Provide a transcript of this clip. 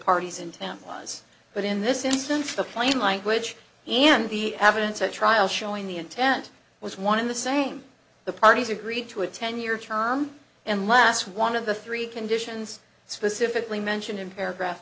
parties into them was but in this instance the plain language and the evidence at trial showing the intent was one in the same the parties agreed to a ten year term and last one of the three conditions specifically mentioned in paragraph